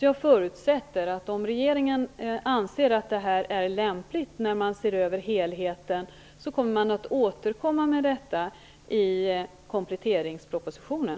Jag förutsätter att om regeringen, när man ser över helheten, anser att det är lämpligt kommer man att återkomma i kompletteringspropositionen.